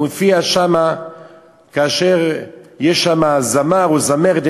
הוא הופיע שם כאשר יש שם זמר או זמרת,